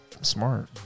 smart